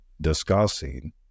discussing